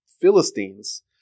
Philistines